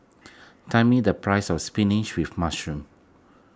tell me the price of Spinach with Mushroom